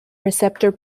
receptor